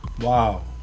Wow